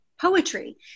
poetry